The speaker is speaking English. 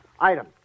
Item